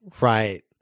Right